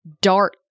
dart